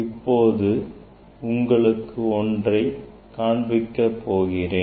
இப்பொழுது உங்களுக்கு ஒன்றை காண்பிக்க போகிறேன்